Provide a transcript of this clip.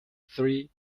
three